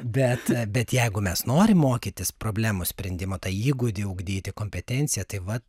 bet bet jeigu mes norim mokytis problemos sprendimo tą įgūdį ugdyti kompetenciją tai va